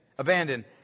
Abandoned